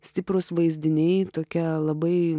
stiprūs vaizdiniai tokia labai